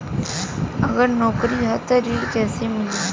अगर नौकरी ह त ऋण कैसे मिली?